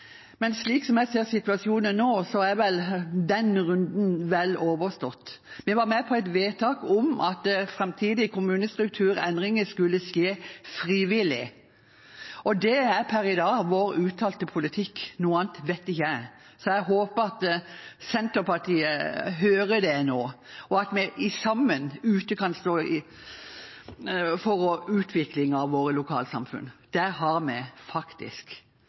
Men slik jeg ser situasjonen nå, er den runden vel overstått. Vi var med på et vedtak om at framtidige kommunestrukturendringer skulle skje frivillig, og det er per i dag vår uttalte politikk. Noe annet vet ikke jeg. Så jeg håper Senterpartiet hører det nå, og at vi sammen kan stå for utvikling av våre lokalsamfunn. Der har vi har faktisk